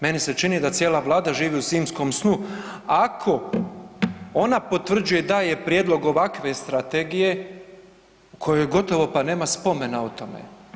Meni se čini da cijela Vlada živi u zimskom snu ako ona potvrđuje da je prijedlog ovakve strategije u kojoj gotovo pa nema spomena o tome.